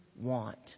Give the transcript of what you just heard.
want